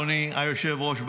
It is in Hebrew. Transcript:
אדוני היושב-ראש,